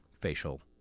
facial